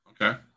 Okay